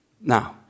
Now